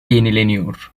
yenileniyor